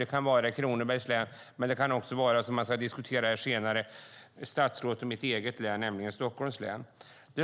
Det kan gälla Kronobergs län, men det kan också gälla statsrådets och mitt eget län, nämligen Stockholms län, som vi ska diskutera lite senare.